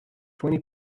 twenty